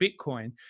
Bitcoin